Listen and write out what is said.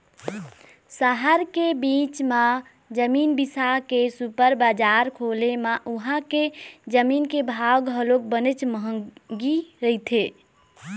सहर के बीच म जमीन बिसा के सुपर बजार खोले म उहां के जमीन के भाव घलोक बनेच महंगी रहिथे